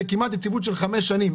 זאת יציבות של כמעט חמש שנים.